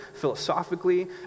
philosophically